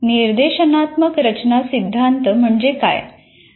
निर्देशनात्मक रचना सिद्धांत काय आहे